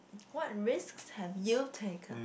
what risks have you taken